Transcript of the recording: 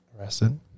Arrested